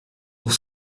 pour